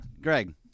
Greg